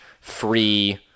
free